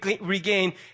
regain